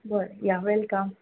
बरें या वॅलकम